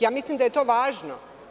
Ja mislim da je to važno.